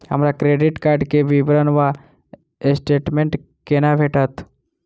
हमरा credit card केँ विवरण वा स्टेटमेंट कोना भेटत?